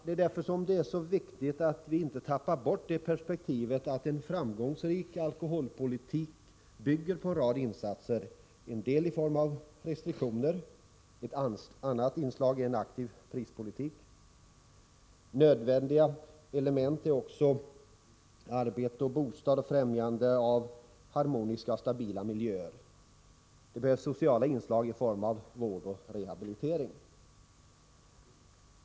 Det är därför som det är så viktigt att vi inte tappar bort det perspektivet att en framgångsrik alkoholpolitik bygger på en rad insatser, en del i form av restriktioner. Ett annat inslag är en aktiv prispolitik. Nödvändiga element är också arbete och bostad samt främjande av harmoniska och stabila miljöer. Det behövs sociala inslag i form av vård och rehabilitering.